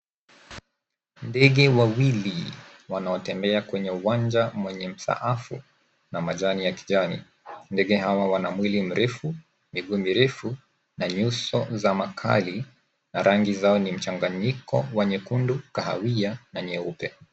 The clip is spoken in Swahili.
Ndege wawili wanaotembea kwenye uwanja mwenye msaafu na rangi ya kijani. Ndege hawa wana mwili mrefu, miguu mirefu na nyuso za makali na rangi zao ni mchanganyiko wa nyekundu, kahawia na nyeupe.